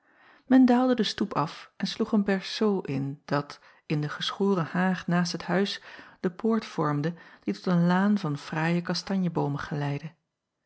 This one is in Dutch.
en daalde den stoep af en sloeg een berceau in dat in de geschoren haag naast het huis de poort vormde die tot een laan van fraaie kastanjeboomen geleidde